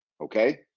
okay